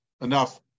enough